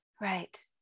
Right